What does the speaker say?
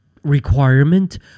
Requirement